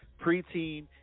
Preteen